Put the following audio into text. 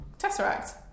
Tesseract